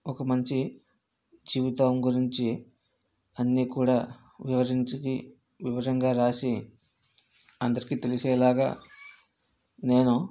ఒక మంచి జీవితం గురించి అన్నీ కూడా వివరించి వివరంగా రాసి అందరికి తెలిసేలాగా నేను